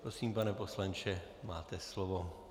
Prosím, pane poslanče, máte slovo.